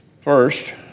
First